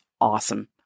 awesome